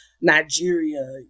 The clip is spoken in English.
Nigeria